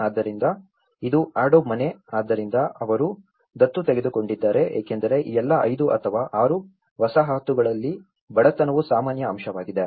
ಆದ್ದರಿಂದ ಇದು ಅಡೋಬ್ ಮನೆ ಆದ್ದರಿಂದ ಅವರು ದತ್ತು ತೆಗೆದುಕೊಂಡಿದ್ದಾರೆ ಏಕೆಂದರೆ ಈ ಎಲ್ಲಾ 5 ಅಥವಾ 6 ವಸಾಹತುಗಳಲ್ಲಿ ಬಡತನವು ಸಾಮಾನ್ಯ ಅಂಶವಾಗಿದೆ